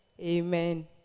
Amen